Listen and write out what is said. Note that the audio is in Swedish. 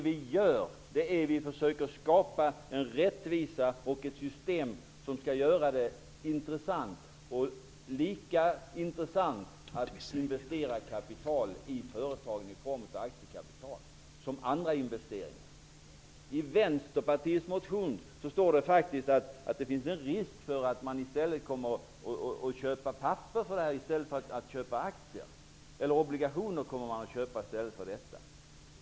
Vi försöker skapa rättvisa och ett system som skall göra det lika intressant att investera kapital i företagen i form av aktiekapital som att göra andra investeringar. I Vänsterpartiets motion står det faktiskt att det finns en risk för att man kommer att köpa obligationer i stället för aktier.